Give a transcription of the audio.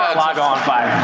ah like on fire.